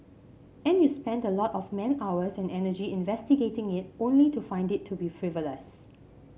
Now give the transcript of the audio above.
and you spend a lot of man hours and energy investigating it only to find it to be frivolous